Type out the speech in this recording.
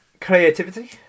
creativity